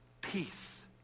peace